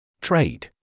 Trade